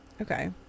okay